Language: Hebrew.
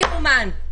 לא יאומן.